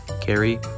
Carrie